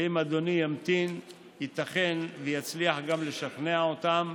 ואם אדוני ימתין ייתכן שיצליח גם לשכנע אותם.